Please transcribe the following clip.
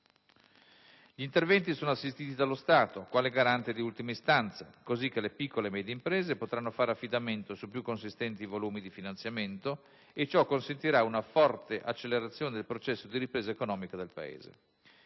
Gli interventi sono assistiti dallo Stato, quale garante di ultima istanza, così che le piccole e medie imprese potranno fare affidamento su più consistenti volumi di finanziamento e ciò consentirà una forte accelerazione del processo di ripresa economica del Paese.